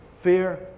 fear